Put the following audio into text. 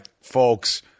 folks